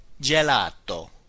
gelato